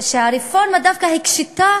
שהרפורמה דווקא הקשתה